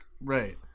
Right